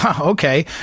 Okay